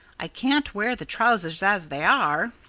i can't wear the trousers as they are.